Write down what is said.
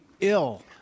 ill